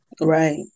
right